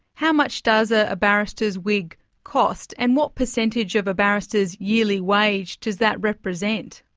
how much does a a barrister's wig cost and what percentage of a barrister's yearly wage does that represent?